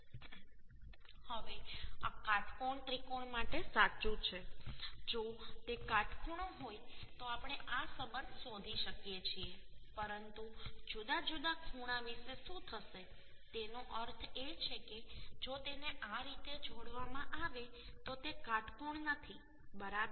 હવે આ કાટકોણ ત્રિકોણ માટે સાચું છે જો તે કાટખૂણો હોય તો આપણે આ સંબંધ શોધી શકીએ છીએ પરંતુ જુદા જુદા ખૂણા વિશે શું થશે તેનો અર્થ એ છે કે જો તેને આ રીતે જોડવામાં આવે તો તે કાટકોણ નથી બરાબર